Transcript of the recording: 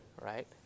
right